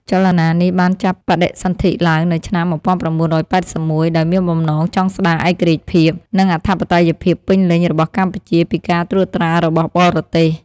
ចលនានេះបានចាប់បដិសន្ធិឡើងនៅឆ្នាំ១៩៨១ ដោយមានបំណងចង់ស្ដារឯករាជ្យភាព និងអធិបតេយ្យភាពពេញលេញរបស់កម្ពុជាពីការត្រួតត្រារបស់បរទេស។